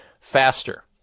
faster